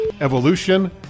evolution